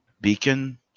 Beacon